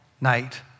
night